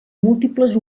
múltiples